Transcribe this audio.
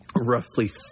roughly